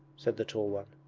said the tall one.